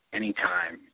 anytime